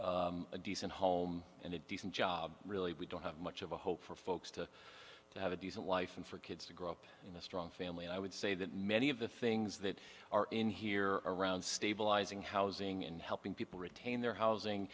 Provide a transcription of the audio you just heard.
without a decent home and a decent job really we don't have much of a hope for folks to have a decent life and for kids to grow up in a strong family and i would say that many of the things that are in here around stabilizing housing and helping people retain their housing